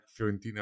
Fiorentina